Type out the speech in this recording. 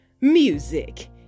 Music